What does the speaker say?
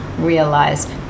realize